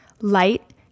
light